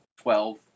Twelve